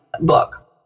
book